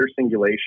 singulation